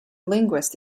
linguist